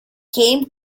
game